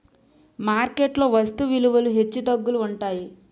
market లో వస్తు విలువలు హెచ్చుతగ్గులు ఉంటాయి